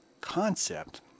concept